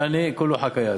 יעני, כולו חכאיאת.